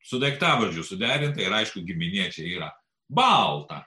su daiktavardžiu suderinta ir aišku giminė čia yra balta